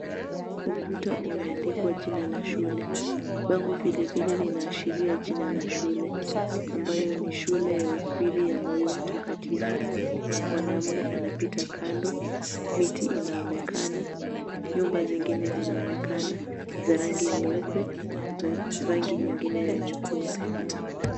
Ukuta umeandikwa jina la shule, bango vilevile linaashiria jina la shule ambayo ni shule ya upili ya Moyo Mtakatifu. Mwanaume anapita kando, miti inaonekana, nyumba zingine zinaonekana za rangi nyeupe na rangi nyingine ya nyekundu.